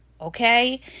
okay